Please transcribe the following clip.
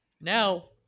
Now